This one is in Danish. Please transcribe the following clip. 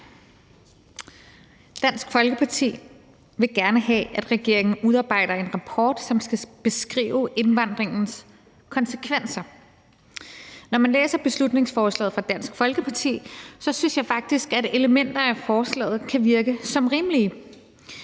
Dansk Folkeparti vil gerne have, at regeringen udarbejder en rapport, som skal beskrive indvandringens konsekvenser. Når jeg læser beslutningsforslaget fra Dansk Folkeparti, synes jeg faktisk, at der er elementer af forslaget, der kan virke rimelige.